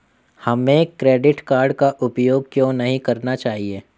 हमें credit card का उपयोग क्यों नहीं करना चाहिए?